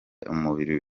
umubiri